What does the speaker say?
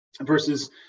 versus